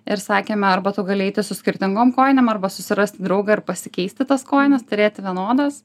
ir sakėme arba tu gali eiti su skirtingom kojinėm arba susirasti draugą ir pasikeisti tas kojines turėti vienodas